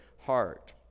heart